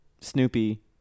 Snoopy